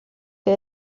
que